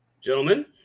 Gentlemen